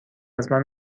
ازمن